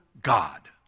God